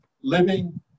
living